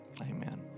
amen